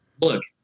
look